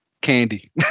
candy